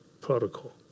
protocol